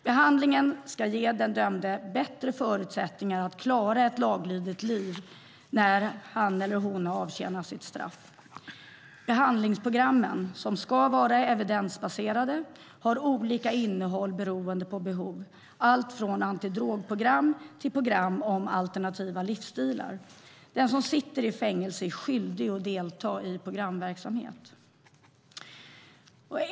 Behandlingen ska ge den dömde bättre förutsättningar att klara ett laglydigt liv när han eller hon har avtjänat sitt straff. Behandlingsprogrammen, som ska vara evidensbaserade, har olika innehåll beroende på behov, allt från antidrogprogram till program om alternativa livsstilar. Den som sitter i fängelse är skyldig att delta i programverksamheten.